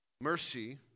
mercy